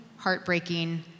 heartbreaking